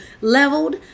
leveled